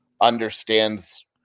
understands